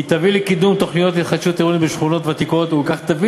היא תביא לקידום תוכניות להתחדשות עירונית בשכונות ותיקות ובכך תביא